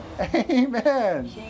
Amen